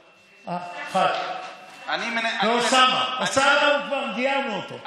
אה, אחת ואוסאמה, אוסאמה, כבר גיירנו אותו.